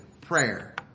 prayer